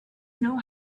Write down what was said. know